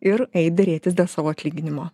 ir eit derėtis dėl savo atlyginimo